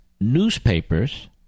newspapers